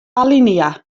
alinea